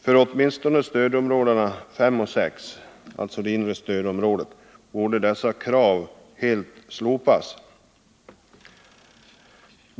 För åtminstone stödområdena 5 och 6, dvs. det inre stödområdet, borde dessa krav helt slopas.